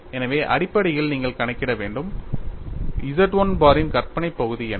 எனவே அடிப்படையில் நீங்கள் கணக்கிட வேண்டும் Z 1 பாரின் கற்பனை பகுதி என்ன